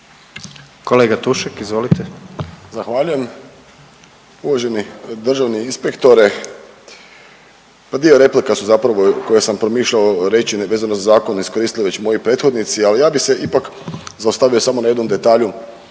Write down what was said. **Tušek, Žarko (HDZ)** Zahvaljujem. Uvaženi državni inspektore pa dio replika su zapravo koje sam promišljao reći vezano za zakon iskoristi već moji prethodnici, ali ja bi se ipak zaustavio samo na jednom detalju